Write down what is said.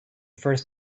first